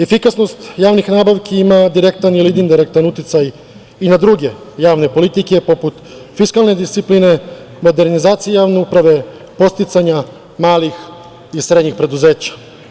Efikasnost javnih nabavki ima direktan ili indirektan uticaj i na druge javne politike poput fiskalne discipline, modernizacije javne uprave, podsticanja malih i srednjih preduzeća.